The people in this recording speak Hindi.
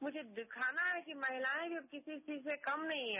मुझे दिखाना है कि महिलाएं भी अब किसी से कम नहीं है